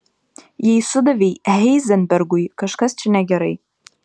jei sudavei heizenbergui kažkas čia negerai